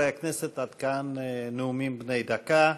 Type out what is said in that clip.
חברי הכנסת, עד כאן נאומים בני דקה.